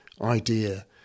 idea